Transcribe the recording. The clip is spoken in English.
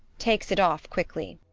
takes it off quickly.